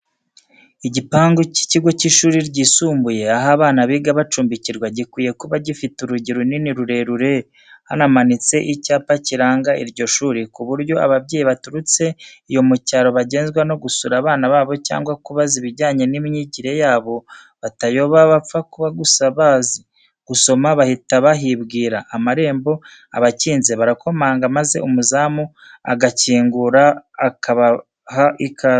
Igipangu cy'ikigo cy'ishuri ryisumbuye, aho abana biga banacumbikirwa, gikwiye kuba gifite urugi runini rurerure, hanamanitse icyapa kiranga iryo shuri, ku buryo ababyeyi baturutse iyo mu cyaro bagenzwa no gusura abana babo cyangwa kubaza ibijyanye n'imyigire yabo batayoba bapfa kuba gusa bazi gusoma bahita bahibwira. Amarembo aba akinze, barakomanga maze umuzamu agakingura akabaha ikaze.